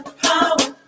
power